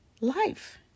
life